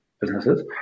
businesses